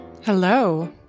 Hello